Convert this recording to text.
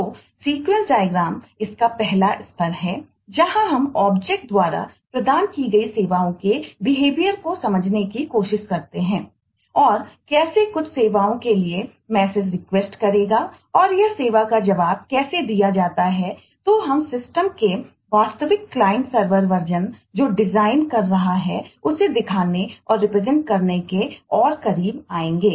तो sequence diagram करने के और करीब आएंगे